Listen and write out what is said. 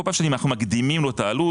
כל פעם שמקדימים לו את העלות,